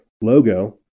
logo